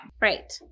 Right